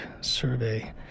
survey